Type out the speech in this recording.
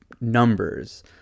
numbers